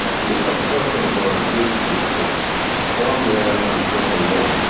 i'm talking about a district that farmland is number one.